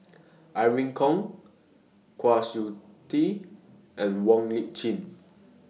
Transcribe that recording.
Irene Khong Kwa Siew Tee and Wong Lip Chin